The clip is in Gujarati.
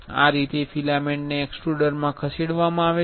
આ રીતે ફિલામેન્ટને એક્સ્ટ્રુડરમાં ખસેડવામાં આવે છે